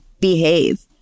behave